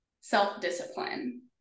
self-discipline